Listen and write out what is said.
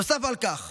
נוסף על כך,